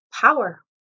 power